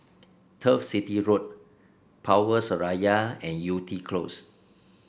Turf City Road Power Seraya and Yew Tee Close